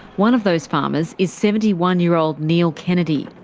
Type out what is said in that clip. one of those farmers is seventy one year old neil kennedy.